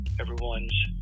everyone's